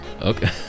Okay